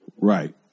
Right